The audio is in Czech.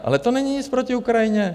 Ale to není nic proti Ukrajině.